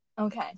okay